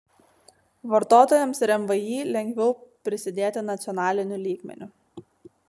vartotojams ir mvį lengviau prisidėti nacionaliniu lygmeniu